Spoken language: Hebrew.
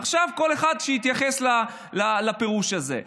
עכשיו שכל אחד יתייחס לפירוש הזה.